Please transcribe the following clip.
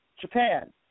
Japan